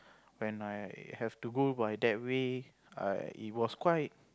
when I have to go by that way I it was quite